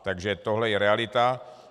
Takže tohle je realita.